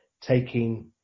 taking